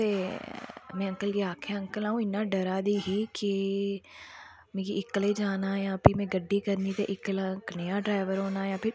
में अंकल गी आक्खेआ की अंकल अं'ऊ इन्ना डरा दी ही की में इक्कलै जाना जां भी मिगी गड्डी इक्कली करनी कनेहा डरैबर होना